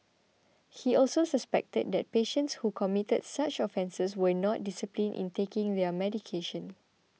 he also suspected that patients who committed such offences were not disciplined in taking their medication